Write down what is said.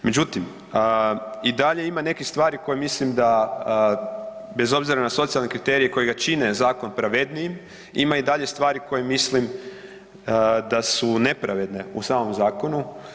Međutim, i dalje ima nekih stvari koje mislim da bez obzira na socijalne kriterije koji ga čine, zakon pravednijim, ima i dalje stvari koje mislim da su nepravedne u samom zakonu.